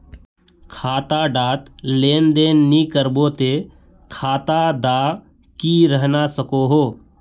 खाता डात लेन देन नि करबो ते खाता दा की रहना सकोहो?